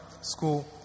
school